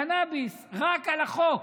קנביס, רק על החוק,